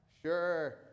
Sure